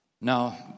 Now